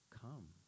come